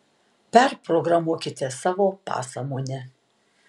perprogramuokite savo pasąmonę